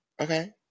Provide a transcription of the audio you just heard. Okay